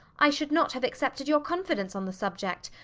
i should not have accepted your confidence on the subject,